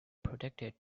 protected